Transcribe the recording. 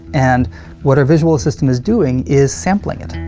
and what our visual system is doing is sampling it.